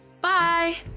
Bye